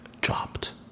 dropped